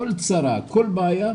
כל צרה, כל בעיה,